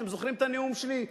אתם זוכרים את הנאום שלי?